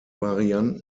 varianten